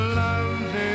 love